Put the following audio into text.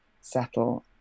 settle